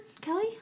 Kelly